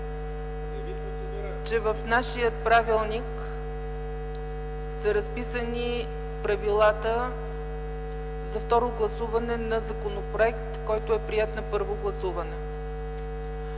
че в нашия правилник са разписани правилата за второ гласуване на законопроект, който е приет на първо гласуване.